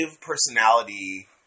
personality